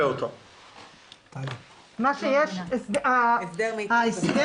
26יג. "העברת